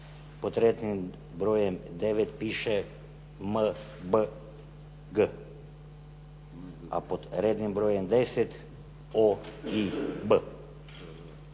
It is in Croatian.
pod rednim brojem 9. piše MBG. A pod rednim brojem 10. OIB.